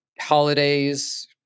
holidays